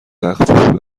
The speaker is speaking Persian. تخفیفی